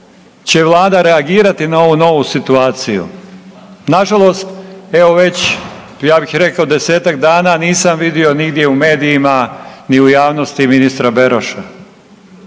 će vlada reagirati na ovu novu situaciju. Nažalost evo već ja bih rekao 10-tak dana nisam vidio nigdje u medijima ni u javnosti ministra Beroša.